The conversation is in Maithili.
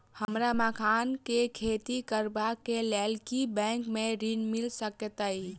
हमरा मखान केँ खेती करबाक केँ लेल की बैंक मै ऋण मिल सकैत अई?